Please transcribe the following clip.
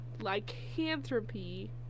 lycanthropy